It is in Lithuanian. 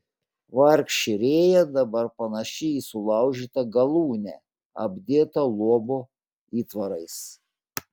vargšė rėja dabar panaši į sulaužytą galūnę apdėtą luobo įtvarais